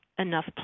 enough